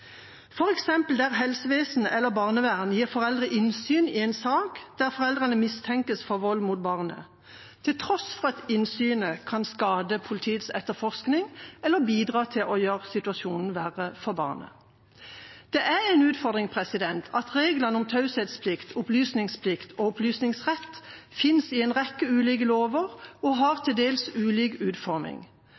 f.eks. der helsevesenet eller barnevernet gir foreldre innsyn i en sak der foreldrene mistenkes for vold mot barnet, til tross for at innsynet kan skade politiets etterforskning eller bidra til å gjøre situasjonen verre for barnet. Det er en utfordring at reglene om taushetsplikt, opplysningsplikt og opplysningsrett finnes i en rekke ulike lover og har til dels ulik utforming,